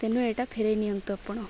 ତେଣୁ ଏଟା ଫେରାଇ ନିଅନ୍ତୁ ଆପଣ